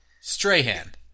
Strahan